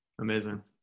amazing